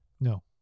No